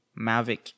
Mavic